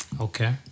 Okay